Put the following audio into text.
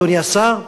אדוני השר,